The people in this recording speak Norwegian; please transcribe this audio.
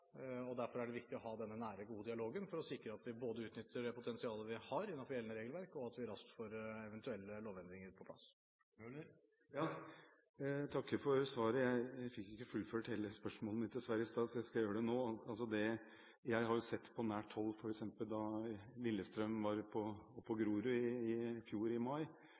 er viktig å ha den nære, gode dialogen for å sikre at vi både utnytter det potensialet vi har innenfor gjeldende regelverk, og at vi raskt får eventuelle lovendringer på plass. Jeg takker for svaret. Jeg fikk dessverre ikke fullført hele spørsmålet mitt i stad, så jeg skal gjøre det nå. Jeg har jo sett dette på nært hold. For eksempel da Lillestrøm spilte på Grorud i mai i fjor,